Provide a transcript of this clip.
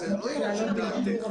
זה לא עניין של דעתך.